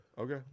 Okay